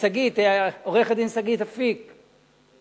עורכת-הדין שגית אפיק,